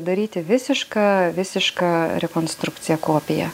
daryti visišką visišką rekonstrukciją kopiją